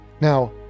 Now